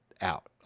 out